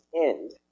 end